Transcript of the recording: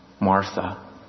Martha